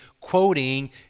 quoting